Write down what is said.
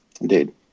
indeed